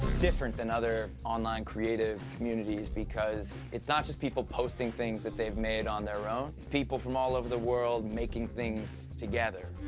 different than other online creative communities because it's not just people posting things that they've made on their own. people from all over the world making things together.